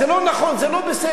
זה לא נכון, זה לא בסדר.